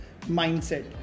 mindset